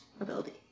ability